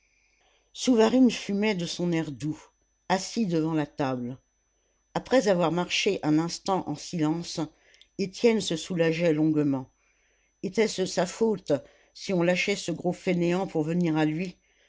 souvarine fumait de son air doux assis devant la table après avoir marché un instant en silence étienne se soulageait longuement était-ce sa faute si on lâchait ce gros fainéant pour venir à lui